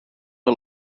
you